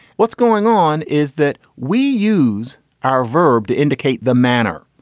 what's going on is that we use our verb to indicate the manner,